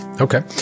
Okay